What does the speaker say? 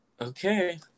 okay